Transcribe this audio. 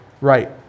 right